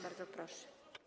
Bardzo proszę.